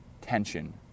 tension